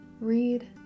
read